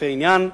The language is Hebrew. לפי העניין.